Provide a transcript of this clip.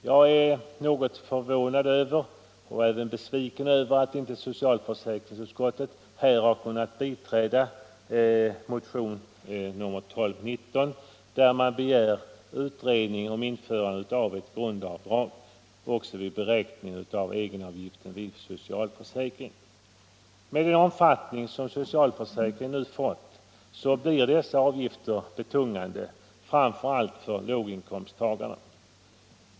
Jag är något förvånad och även besviken över att socialförsäkringsutskottet här inte har kunnat biträda motionen 1209, där en utredning begärs om införande av grundavdrag också vid beräkning av egenavgift vid socialförsäkring. Med den omfattning som socialförsäkringen fått är dessa avgifter betungande framför allt för låginkomsttagarna.